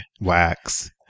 Wax